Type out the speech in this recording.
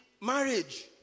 marriage